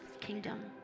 kingdom